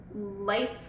life